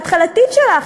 ההתחלתית שלך,